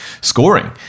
scoring